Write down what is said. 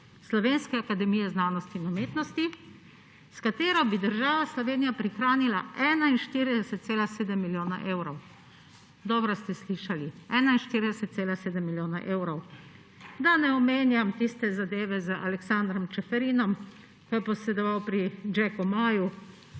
Slovenske akademije znanosti in umetnosti, s katero bi država Slovenija prihranila 41,7 milijona evrov. Dobro ste slišali, 41,7 milijona evrov. Da ne omenjam tiste zadeve z Aleksandrom Čeferinom, ko je posredoval pri Jacku Maju,